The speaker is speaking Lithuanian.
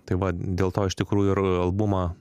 tai va dėl to iš tikrųjų ir albumą